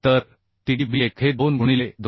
तर t d b 1 हे 2 गुणिले 213